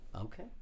Okay